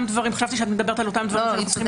חשבתי שאת מדברת על אותם דברים שאנחנו צריכים